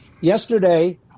Yesterday